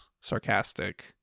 sarcastic